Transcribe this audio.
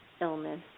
illness